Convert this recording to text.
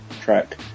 track